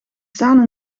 staan